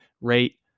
rate